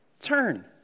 turn